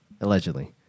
allegedly